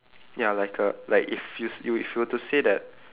ya like a like if you s~ if you were to say that